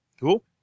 Cool